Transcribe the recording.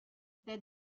des